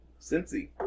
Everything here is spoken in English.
Cincy